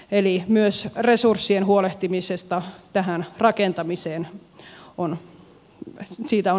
eli myös resursseista tähän rakentamiseen on huolehdittava